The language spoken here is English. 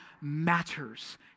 matters